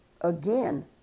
again